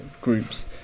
groups